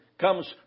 comes